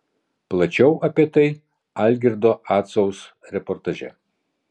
plačiau apie tai algirdo acaus reportaže